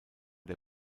der